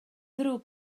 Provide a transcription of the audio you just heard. ddrwg